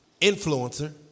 influencer